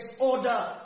order